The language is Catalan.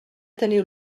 teniu